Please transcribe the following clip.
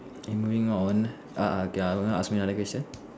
moving on err okay ah you wanna ask me another question